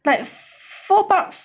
like four bucks